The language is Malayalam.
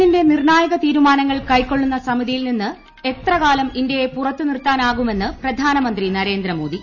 എന്നിന്റെ നിർണ്ണായക തീരുമാനങ്ങൾ കൈക്കൊളളുന്ന സമിതിയിൽ നിന്ന് എത്ര കാലം ഇന്ത്യയെ പുറത്ത് നിർത്താനാവുമെന്ന് പ്രധാനമന്ത്രി നരേന്ദ്ര മോദി